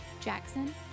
Jackson